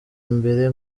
imbere